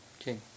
Okay